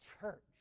church